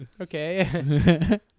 Okay